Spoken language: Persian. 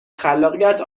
خلاقیت